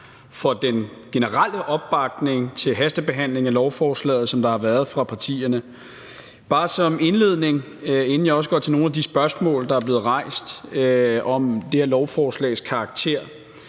for den generelle opbakning til hastebehandlingen af lovforslaget, som der har været fra partierne. Jeg vil bare som en indledning, inden jeg går over til nogle af de spørgsmål, der er blevet rejst om det her lovforslags karakter,